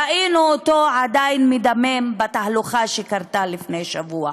ראינו אותו עדיין מדמם בתהלוכה שהייתה לפני שבוע.